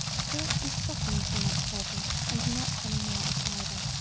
silk and stockings were not present and not any more of either.